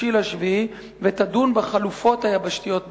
ותדון בחלופות היבשתיות בלבד.